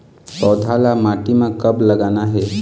पौधा ला माटी म कब लगाना हे?